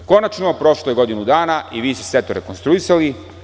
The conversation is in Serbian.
Konačno prošlo je godinu dana i vi sve to rekonstruisali.